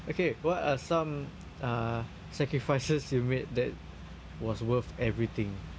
okay what are some uh sacrifices you made that was worth everything